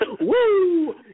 Woo